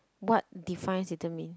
what define determined